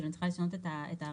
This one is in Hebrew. אני צריכה לשנות את הרישא.